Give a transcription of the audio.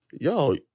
yo